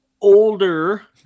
older